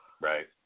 right